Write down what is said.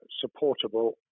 supportable